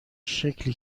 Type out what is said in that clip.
شکلی